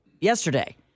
yesterday